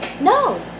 No